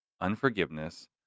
unforgiveness